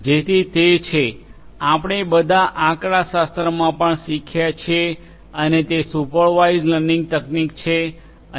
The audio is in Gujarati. જેથી તે છે આપણે બધા આંકડાશાસ્ત્રમાં પણ શીખ્યા છીએ અને તે સુપરવાઇઝડ લર્નિંગ તકનીક છે અને